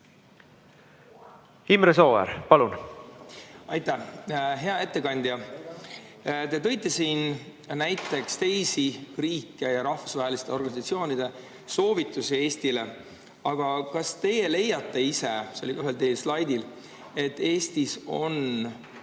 Imre Sooäär, palun! Aitäh! Hea ettekandja! Te tõite siin näiteks teisi riike ja rahvusvaheliste organisatsioonide soovitusi Eestile. Aga kas te leiate ise – see oli ka ühel slaidil –, et Eestis on